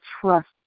trust